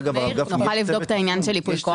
מאיר, תוכל לבדוק את העניין של ייפוי כוח?